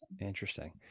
Interesting